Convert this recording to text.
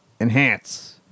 Enhance